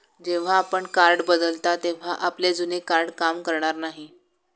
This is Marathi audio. जेव्हा आपण कार्ड बदलता तेव्हा आपले जुने कार्ड काम करणार नाही